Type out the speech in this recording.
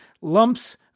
lumps